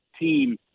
team